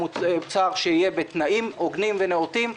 בתנאים הוגנים ונאותים.